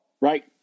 right